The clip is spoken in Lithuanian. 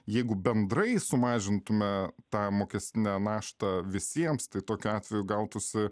jeigu bendrai sumažintume tą mokestinę naštą visiems tai tokiu atveju gautųsi